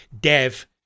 dev